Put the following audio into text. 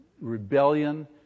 rebellion